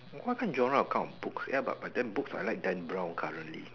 what kind of genre account on books ya but then books I like Dan brown currently